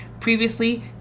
Previously